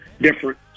different